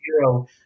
zero